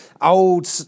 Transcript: old